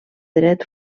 dret